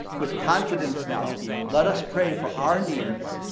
with confidence now let us pray for our needs,